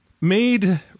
made